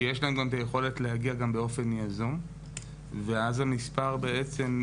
שיש להם גם את היכולת להגיע גם באופן יזום ואז המספר בעצם,